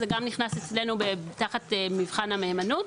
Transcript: זה גם נכנס אצלנו תחת מבחן המהימנות,